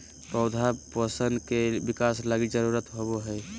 पौधा पोषण के बिकास लगी जरुरत होबो हइ